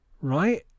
right